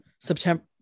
September